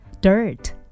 Dirt